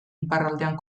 iparraldean